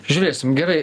žiūrėsim gerai